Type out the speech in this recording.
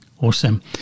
Awesome